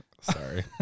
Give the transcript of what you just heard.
Sorry